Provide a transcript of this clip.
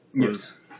Yes